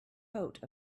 coat